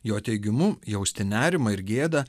jo teigimu jausti nerimą ir gėda